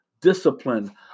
discipline